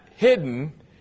hidden